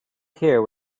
here